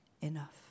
enough